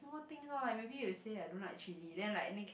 small things loh like maybe you said I don't like chilli then like the next